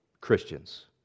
Christians